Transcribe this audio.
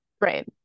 Right